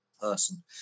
person